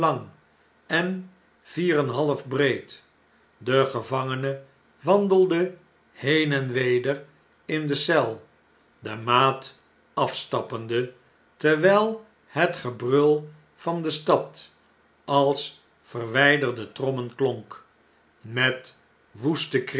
en een half breed de gevangene wandelde heen en weder in de eel de maat afstappende terwjjl het gebrul van de stad als verwijderde trommen klonk met woeste